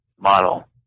model